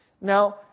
Now